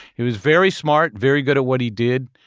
he was very smart, very good at what he did,